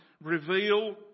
reveal